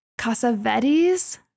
Casavetes